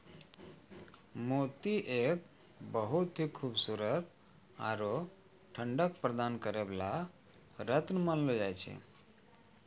मोती एक बहुत हीं खूबसूरत आरो ठंडक प्रदान करै वाला रत्न मानलो जाय छै